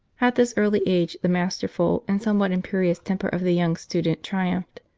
at this early age the masterful and somewhat imperious temper of the young student triumphed.